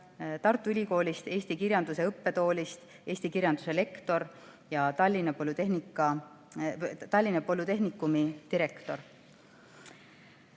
Tartu Ülikooli eesti kirjanduse õppetoolist eesti kirjanduse lektor ja Tallinna Polütehnikumi direktor. Teine